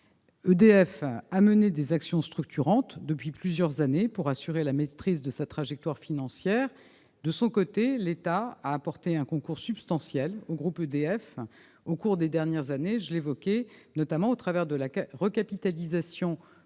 EDF a mené des actions structurantes depuis plusieurs années pour assurer la maîtrise de sa trajectoire financière. De son côté, l'État a apporté un concours substantiel au groupe EDF au cours des dernières années, notamment au travers de la recapitalisation menée